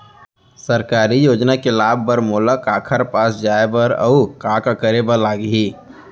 सरकारी योजना के लाभ बर मोला काखर पास जाए बर अऊ का का करे बर लागही?